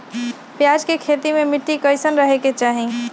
प्याज के खेती मे मिट्टी कैसन रहे के चाही?